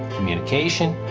communication,